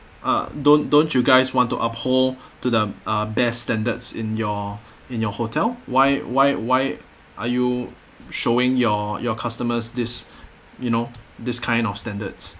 uh don't don't you guys want to uphold to the best standards in your in your hotel why why why are you showing your your customers this you know this kind of standards